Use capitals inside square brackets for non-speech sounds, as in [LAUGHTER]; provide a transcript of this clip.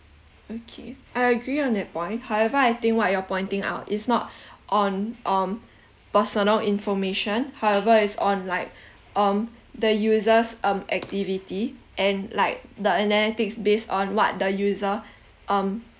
okay I agree on that point however I think what you're pointing out is not [BREATH] on um [BREATH] personal information however it's on like [BREATH] um the user's um activity and like the analytics based on what the user [BREATH] um